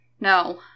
No